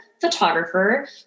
photographer